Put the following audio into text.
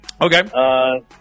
Okay